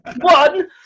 one